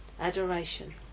Adoration